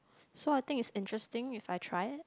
so I think it's interesting if I try it